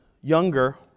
younger